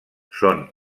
són